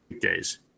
days